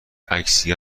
عکسی